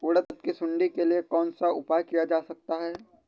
उड़द की सुंडी के लिए कौन सा उपाय किया जा सकता है?